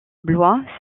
blois